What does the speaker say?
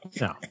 No